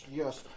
yes